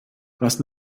was